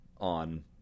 on